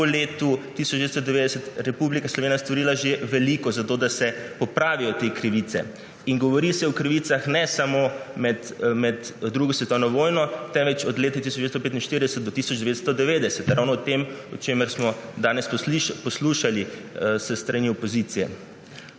po letu 1990 Republika Slovenija storila že veliko za to, da se popravijo te krivice. Govori se o krivicah ne samo med drugo svetovno vojno, temveč tudi od leta 1945 do 1990. Ravno o tem, o čemer smo danes poslušali s strani opozicije.